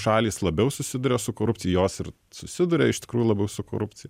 šalys labiau susiduria su korupcija jos ir susiduria iš tikrųjų labiau su korupcija